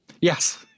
yes